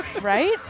Right